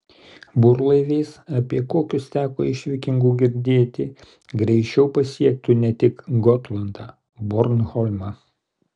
burlaiviais apie kokius teko iš vikingų girdėti greičiau pasiektų ne tik gotlandą bornholmą